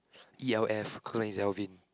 E L F is Alvin